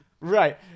Right